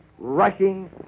Rushing